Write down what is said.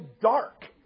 dark